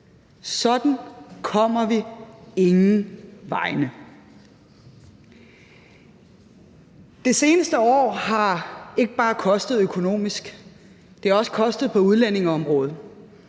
Sådan kommer vi ingen vegne. Det seneste år har ikke bare kostet økonomisk, det har også kostet på udlændingeområdet.